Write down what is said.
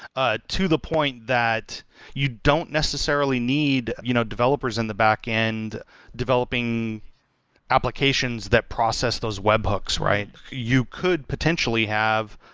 ah to the point that you don't necessarily need you know developers in the backend developing applications that process those webhooks you could potentially have,